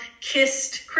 kissed